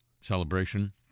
celebration